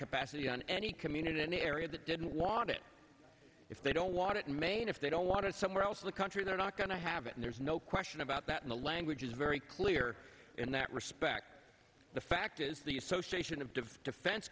capacity on any community any area that didn't want it if they don't want it in maine if they don't want it somewhere else in the country they're not going to have it and there's no question about that in the language is very clear in that respect the fact is the association of defen